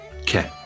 Okay